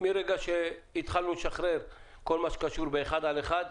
מרגע שהתחלנו לשחרר את כל מה שקשור באחד על אחד,